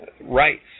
rights